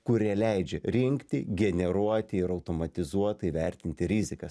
kurie leidžia rinkti generuoti ir automatizuotai vertinti rizikas